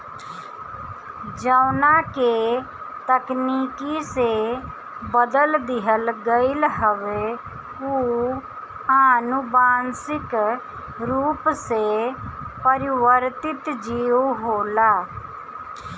जवना के तकनीकी से बदल दिहल गईल हवे उ अनुवांशिक रूप से परिवर्तित जीव होला